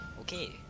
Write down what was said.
Okay